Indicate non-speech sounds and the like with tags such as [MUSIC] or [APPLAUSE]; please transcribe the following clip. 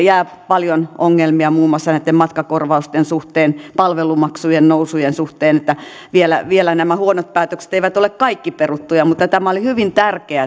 [UNINTELLIGIBLE] jää paljon ongelmia muun muassa näitten matkakorvausten suhteen ja palvelumaksujen nousujen suhteen että vielä vielä nämä huonot päätökset eivät ole kaikki peruttuja mutta tämä oli hyvin tärkeää [UNINTELLIGIBLE]